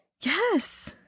Yes